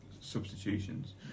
substitutions